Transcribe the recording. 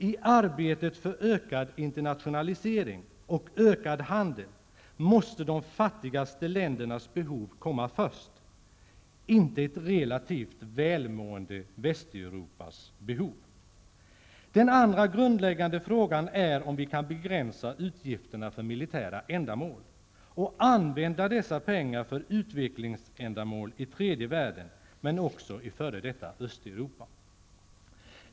I arbetet för ökad internationalisering och ökad handel måste de fattigaste ländernas behov komma först -- inte ett relativt välmående Västeuropas behov. Den andra grundläggande frågan är om vi kan begränsa utgifterna för militära ändamål och använda dessa pengar för utvecklingsändamål i tredje världen men också i f.d. Östeuropa.